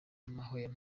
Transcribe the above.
amahwemo